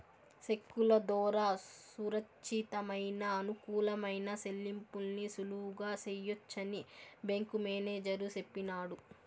సెక్కుల దోరా సురచ్చితమయిన, అనుకూలమైన సెల్లింపుల్ని సులువుగా సెయ్యొచ్చని బ్యేంకు మేనేజరు సెప్పినాడు